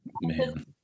man